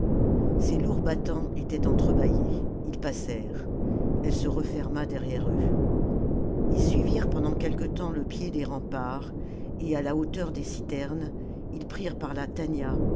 ses lourds battants étaient entre bâillés ils passèrent elle se referma derrière eux ils suivirent pendant quelque temps le pied des remparts et à la hauteur des citernes ils prirent par la